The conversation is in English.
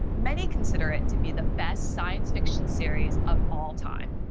many consider it to be the best science-fiction series of all time.